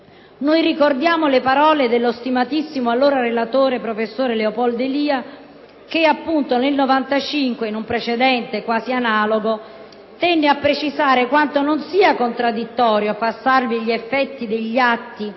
Ricordiamo le parole dello stimatissimo, allora relatore, professore Leopoldo Elia, che nel 1995, in un precedente quasi analogo tenne a precisare quanto non sia contraddittorio far salvi gli effetti degli atti